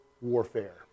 warfare